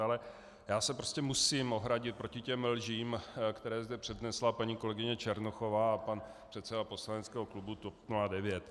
Ale já se prostě musím ohradit proti těm lžím, které zde přednesla paní kolegyně Černochová a pan předseda poslaneckého klubu TOP 09.